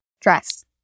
dress